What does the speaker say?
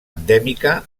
endèmica